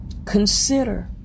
Consider